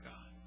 God